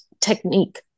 technique